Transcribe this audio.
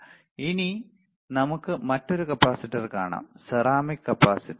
ഇനി നമുക്ക് മറ്റൊരു കപ്പാസിറ്റർ കാണാം സെറാമിക് കപ്പാസിറ്റർ